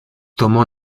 tomó